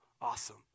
awesome